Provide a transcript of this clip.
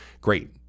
great